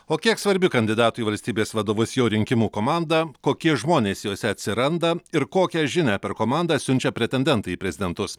o kiek svarbi kandidatų į valstybės vadovus jo rinkimų komanda kokie žmonės jose atsiranda ir kokią žinią per komandą siunčia pretendentai į prezidentus